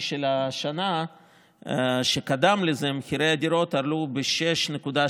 של השנה שקדם לזה מחירי הדירות עלו ב-6.3%.